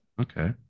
okay